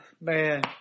Man